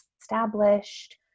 established